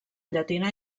llatina